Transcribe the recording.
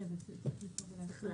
--- הצבעה.